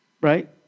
Right